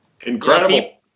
Incredible